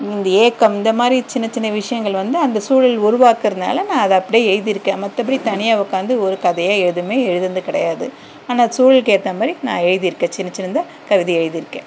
இந்த ஏக்கம் இந்தமாதிரி சின்னச்சின்ன விஷயங்கள் வந்து அந்த சூழல் உருவாக்கிறதுனால நான் அதை அப்படியே எழுதிருக்கன் மற்றபடி தனியாக உக்காந்து ஒரு கதையாக எதுவும் எழுதினது கிடையாது ஆனால் சூழலுக்கு ஏற்ற மாதிரி நான் எழுதிருக்கன் சின்னச்சின்னதாக கவிதை எழுதிருக்கன்